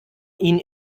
ihnen